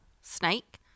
Snake